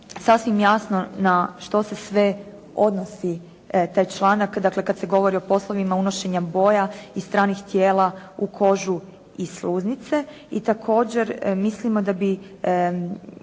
sasvim jasno na što se sve odnosi taj članak, dakle kad se govori o poslovima unošenja boja i stranih tijela u kožu i sluznice. I također mislimo da bi